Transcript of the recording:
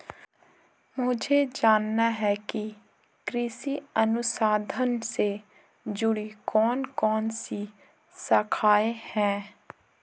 मुझे जानना है कि कृषि अनुसंधान से जुड़ी कौन कौन सी शाखाएं हैं?